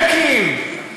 אלקין?